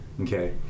Okay